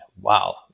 wow